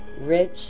Rich